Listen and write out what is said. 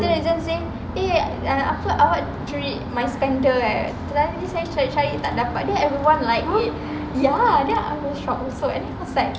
after that he just say eh apa awak curi my sepender eh selama ni saya cari-cari tak dapat then everyone like ya I was so shock also cause like